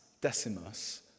Decimus